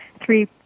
three